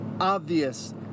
obvious